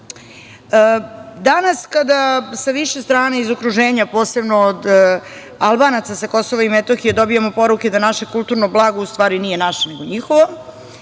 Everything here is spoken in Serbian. sled. Danas kada sa više strana iz okruženja, posebno od Albanaca sa KiM dobijemo poruke da naše kulturno blago u stvari nije naše nego njihovo,